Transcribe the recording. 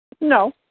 No